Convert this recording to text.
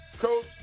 Coach